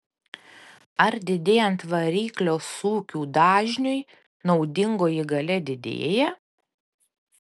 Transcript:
ar didėjant variklio sūkių dažniui naudingoji galia didėja